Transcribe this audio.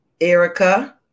Erica